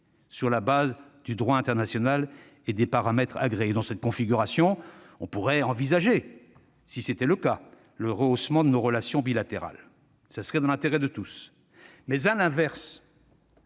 sur la base du droit international et des paramètres agréés. Dans cette configuration, on pourrait envisager, si c'était le cas, le rehaussement de nos relations bilatérales. Ce serait dans l'intérêt de tous. Mais, à l'inverse,